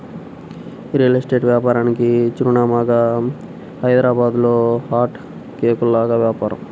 real estate వ్యాపారానికి చిరునామాగా హైదరాబాద్లో హాట్ కేకుల్లాగా వ్యాపారం